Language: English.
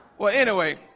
well, anyway